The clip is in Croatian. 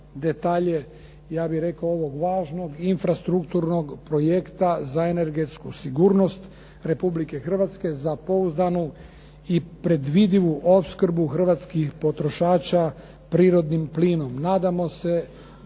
detalje, ja bih rekao ovog važnog infrastrukturnog projekta za energetsku sigurnost Republike Hrvatske za pouzdanu i predvidivu opskrbu hrvatskih potrošača prirodnim plinom. Nadamo se